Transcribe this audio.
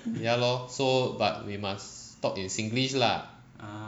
ya lor so but we must talk in singlish lah